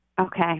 Okay